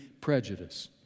prejudice